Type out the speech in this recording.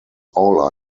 all